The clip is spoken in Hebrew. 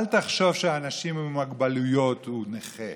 אל תחשוב שאנשים עם מוגבלויות הם נכים.